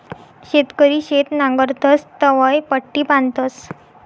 शेतकरी शेत नांगरतस तवंय पट्टी बांधतस